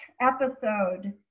episode